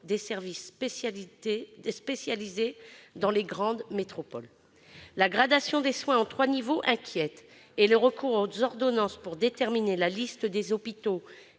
des services spécialisés dans les grandes métropoles. La gradation des soins en trois niveaux inquiète et le recours aux ordonnances pour déterminer la liste des hôpitaux